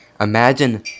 imagine